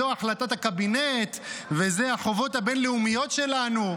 זו החלטת הקבינט ואלה החובות הבין-לאומיות שלנו.